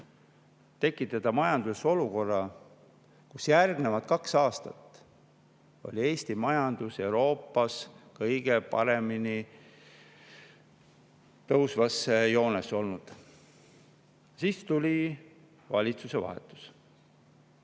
tekitada majandusolukorra, kus järgnevad kaks aastat [liikus] Eesti majandus Euroopas kõige tõusvamas joones. Siis tuli valitsuse vahetus.